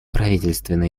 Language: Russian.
правительства